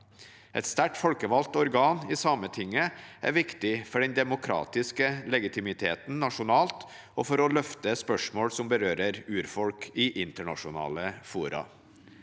Et sterkt folkevalgt organ i Sametinget er viktig for den demokratiske legitimiteten nasjonalt og for å løfte spørsmål som berører urfolk, i internasjonale fora.